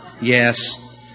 Yes